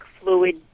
fluid